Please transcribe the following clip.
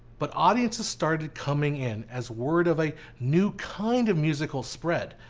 but audiences started coming in as word of a new kind of musical spread.